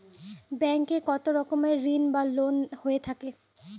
Bank এ কত রকমের ঋণ বা লোন হয়ে থাকে?